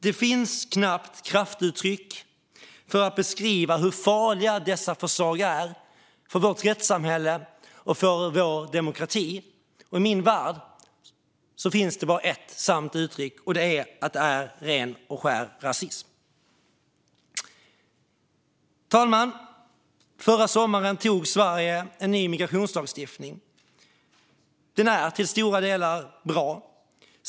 Det finns knappt kraftuttryck för att beskriva hur farliga dessa förslag är för vårt rättssamhälle och för vår demokrati. I min värld finns det bara ett sant uttryck, och det är att detta är ren och skär rasism. Fru talman! Förra sommaren antog Sverige en ny migrationslagstiftning. Den är till stora delar bra.